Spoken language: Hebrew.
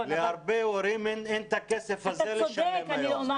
להרבה הורים אין את הכסף הזה לשלם היום,